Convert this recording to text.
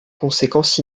conséquences